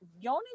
yoni